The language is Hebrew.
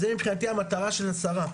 אז זה מבחינתי המטרה של השרה,